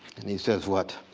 and he says what?